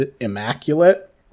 immaculate